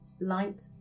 light